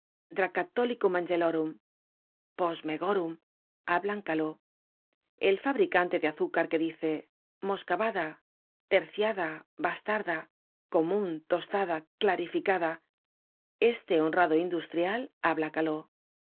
decían opoponach pergrosohinum reptitálmus dracatholicum angelorum post megorum hablaban caló el fabricante de azúcar que dice moscabada terciada bastarda comun tostada clarificada este honrado industrial habla caló